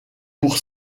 pour